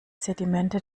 sedimente